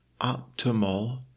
optimal